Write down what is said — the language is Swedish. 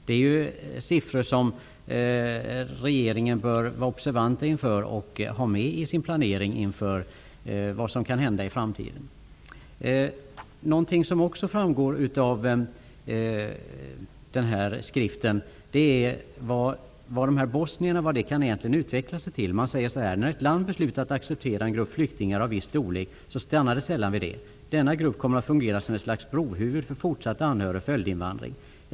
Det är siffror som regeringen bör vara observant inför och ha med i sin planering inför vad som kan hända i framtiden. Någonting som också framgår av den här skriften är vad detta med bosnierna egentligen kan utvecklas till. Det står: ''När ett land beslutar att acceptera en grupp flyktingar av viss storlek stannar det sällan vid det. Denna grupp kommer att fungera som ett slags brohuvud för fortsatt anhörig och följdinvandring.